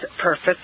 purpose